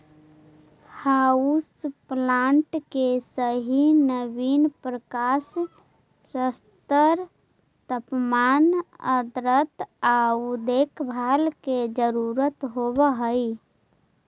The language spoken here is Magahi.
हाउस प्लांट के सही नवीन प्रकाश स्तर तापमान आर्द्रता आउ देखभाल के जरूरत होब हई